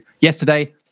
yesterday